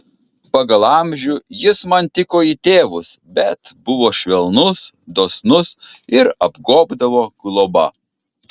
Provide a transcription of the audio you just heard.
pagal amžių jis man tiko į tėvus bet buvo švelnus dosnus ir apgobdavo globa